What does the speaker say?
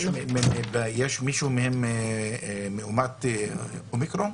יש מישהו מהם מאומת אומיקרון?